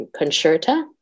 Concerta